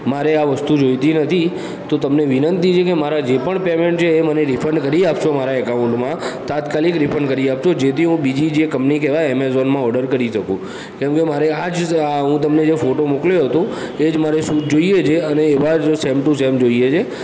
મારે આ વસ્તુ જોઇતી નથી તો તમને વિનંતી છે કે મારા જે પણ પેમેન્ટ છે એ મને રિફંડ કરી આપશો મારાં એકાઉન્ટમાં તાત્કાલિક રિફંડ કરી આપશો જેથી હું બીજી જે કંપની કે કહેવાય એમેઝોનમાં ઓડર કરી શકું કેમ કે મારે આ જ આ હું તમને જે ફોટો મોકલ્યો હતો એ જ મારે શૂઝ જોઇએ છે અને એવા જ સેમ ટુ સેમ જોઇએ છે